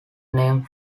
name